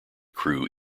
crew